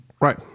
Right